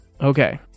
Okay